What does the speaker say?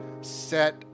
set